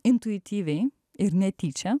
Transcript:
intuityviai ir netyčia